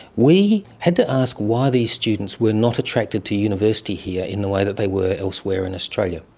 we had to ask why these students were not attracted to university here in the way that they were elsewhere in australia,